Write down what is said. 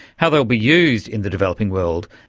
how they will be used in the developing world,